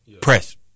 Press